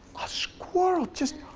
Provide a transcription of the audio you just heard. a squirrel just,